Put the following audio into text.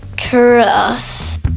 cross